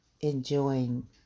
Enjoying